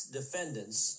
defendants